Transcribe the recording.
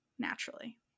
Naturally